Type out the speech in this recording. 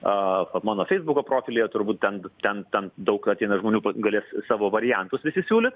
a mano feisbuko profilyje turbūt ten ten ten daug ateina žmonių kas galės savo variantus visi siūlyt